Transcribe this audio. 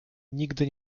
nigdy